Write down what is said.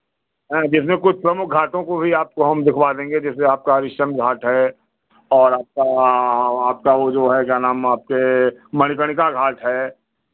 जिसमें कुछ प्रमुख घाटों को भी आपको हम देखवा देंगे जैसे आपका हरिश्चंद घाट है और आपका हाँ आपका वो जो है क्या नाम आपके मणिकर्णिका घाट है